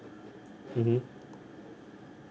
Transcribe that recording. mmhmm